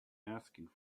asking